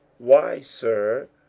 why, sir,